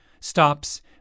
stops